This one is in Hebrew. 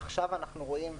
עכשיו אנחנו רואים,